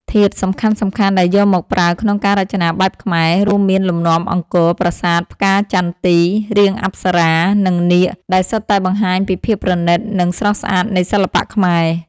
ធាតុសំខាន់ៗដែលយកមកប្រើក្នុងការរចនាបែបខ្មែរ រួមមានលំនាំអង្គរ ប្រាសាទ ផ្កាចន្ទី រាងអប្សរា និងនាគ ដែលសុទ្ធតែបង្ហាញពីភាពប្រណីត និងស្រស់ស្អាតនៃសិល្បៈខ្មែរ។